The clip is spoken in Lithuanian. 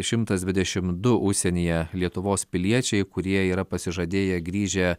šimtas dvidešimt du užsienyje lietuvos piliečiai kurie yra pasižadėję grįžę